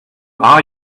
are